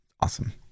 Awesome